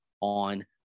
on